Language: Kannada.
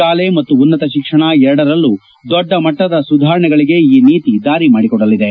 ಶಾಲೆ ಮತ್ತು ಉನ್ನತ ಶಿಕ್ಷಣ ಎರಡರಲ್ಲೂ ದೊಡ್ಡ ಮಟ್ಟದ ಸುಧಾರಣೆಗಳಿಗೆ ಈ ನೀತಿ ದಾರಿ ಮಾಡಿಕೊಡಲಿದೆ